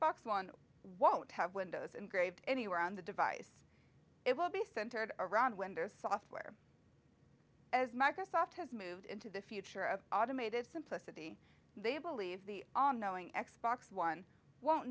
box one won't have windows engraved anywhere on the device it will be centered around windows software as microsoft has moved into the future of automated simplicity they believe the on knowing x box one won't